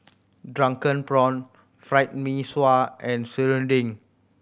drunken prawn Fried Mee Sua and serunding